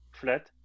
flat